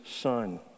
son